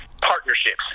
partnerships